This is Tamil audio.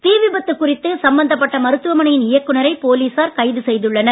தீ விபத்து குறித்து சம்பந்தப்பட்ட மருத்துவமனையின் இயக்குனரை போலீசார் கைது செய்துள்ளனர்